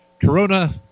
Corona